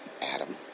Adam